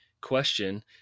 question